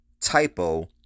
typo